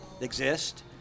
exist